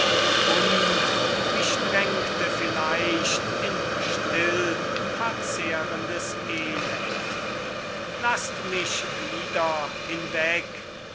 und mich drängte vielleicht in stillverzehrendes elend laßt mich wieder hinweg